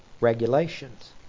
Regulations